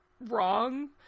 wrong